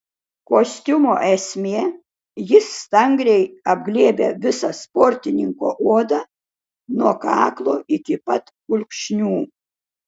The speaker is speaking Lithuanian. kostiumo esmė jis stangriai apglėbia visą sportininko odą nuo kaklo iki pat kulkšnių